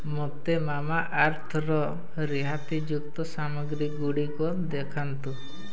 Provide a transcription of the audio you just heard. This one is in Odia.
ମୋତେ ମାମାଆର୍ଥର ରିହାତିଯୁକ୍ତ ସାମଗ୍ରୀଗୁଡ଼ିକ ଦେଖାନ୍ତୁ